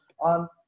on